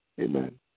Amen